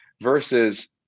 versus